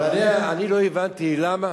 אבל אני לא הבנתי למה